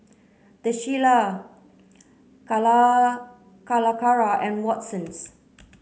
The Shilla Calacara and Watsons